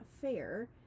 fair